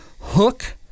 hook